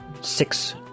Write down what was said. six